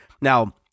Now